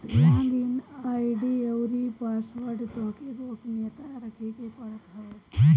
log in ID अउरी password तोहके गोपनीय रखे के पड़त हवे